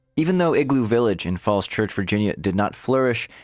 even though igloo village in falls church, virginia did not flourish,